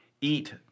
eat